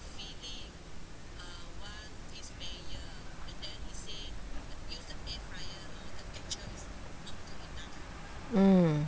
mm